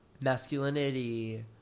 Masculinity